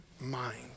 mind